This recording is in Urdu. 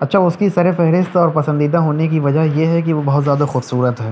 اچھا اس کی سر فہرست اور پسندیدہ ہونے کی وجہ یہ ہے کہ وہ بہت زیادہ خوبصورت ہے